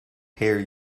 hare